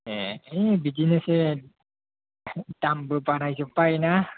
ए ओइ बिदिनोसै दामबो बाराय जोब्बायना